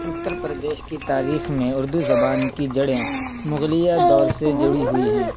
اتّر پردیش کی تاریخ میں اردو زبان کی جڑیں مغلیہ دور سے جڑی ہوئی ہیں